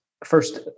First